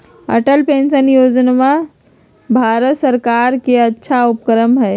Atal pension योजना भारत सर्कार के अच्छा उपक्रम हई